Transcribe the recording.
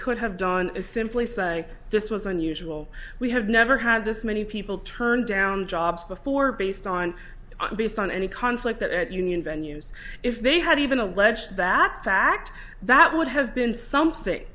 could have done to simply say this was unusual we have never had this many people turn down jobs before based on based on any conflict that at union venue's if they had even alleged that fact that would have been something